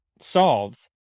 solves